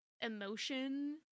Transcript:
emotion